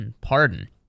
Pardon